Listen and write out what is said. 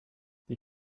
die